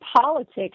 politics